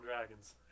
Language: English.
dragons